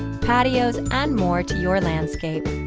patios, and more to your landscape.